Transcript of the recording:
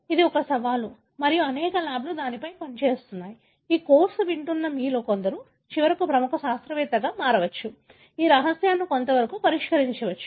అది ఒక సవాలు మరియు అనేక ల్యాబ్లు దానిపై పని చేస్తున్నాయి ఈ కోర్సు వింటున్న మీలో కొందరు చివరికి ప్రముఖ శాస్త్రవేత్తగా మారవచ్చు ఈ రహస్యాన్ని కొంతవరకు పరిష్కరించ వచ్చు